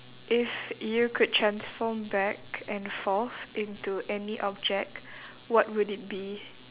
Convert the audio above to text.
if you could transform back and forth into any object what would it be